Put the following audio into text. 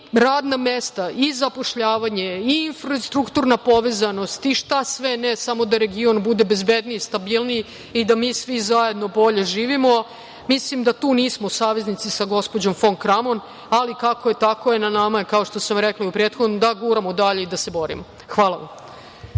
radna mesta i zapošljavanje i strukturna povezanost i šta sve ne samo da region bude bezbedniji, stabilniji i da mi svi zajedno bolje živimo. Mislim da tu nismo saveznici sa gospođom fon Kramon. Ali, kako je tako je, nama je, kao što sam rekla u prethodnom, da guramo dalje i da se borimo. Hvala vam.